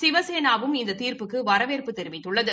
சிவசேனாவும் இந்த தீர்ப்புக்கு வரவேற்பு தெரிவித்துள்ளது